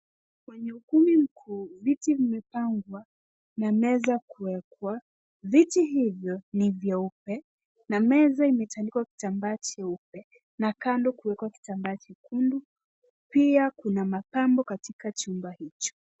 Kwenye ukumbi mkuu, viti vimepangwa na meza kuwekwa. Viti hivyo ni vyeupe na meza imetandikwa kwa kitambaa cheupe na kando kuwekwa kitambaa chekundu. Pia kuna mapambo katika chumba hicho.